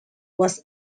was